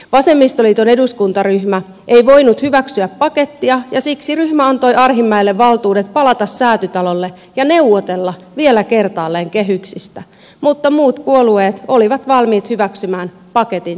vasemmistoliiton eduskuntaryhmä ei voinut hyväksyä pakettia ja siksi ryhmä antoi arhinmäelle valtuudet palata säätytalolle ja neuvotella vielä kertaalleen kehyksistä mutta muut puolueet olivat valmiit hyväksymään paketin sellaisenaan